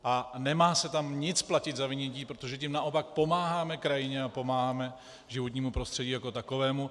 A nemá se tam nic platit za vynětí, protože tím naopak pomáháme krajině a pomáháme životnímu prostředí jako takovému.